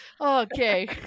okay